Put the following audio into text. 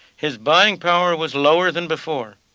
his buying power was lower than before.